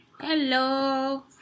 Hello